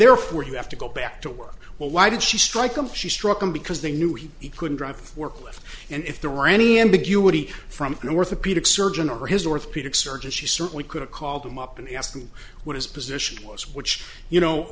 therefore you have to go back to work well why did she strike them she struck them because they knew he couldn't drive a forklift and if there were any ambiguity from north or predict surgeon or his orthopedic surgeon she certainly could have called him up and ask him what his position was which you know